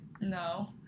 No